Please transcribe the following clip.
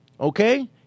okay